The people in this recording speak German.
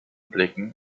blicken